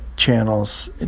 channels